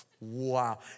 wow